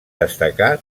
destacar